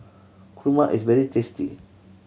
kurma is very tasty